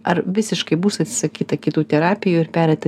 ar visiškai bus atsisakyta kitų terapijų ir pereita